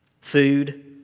food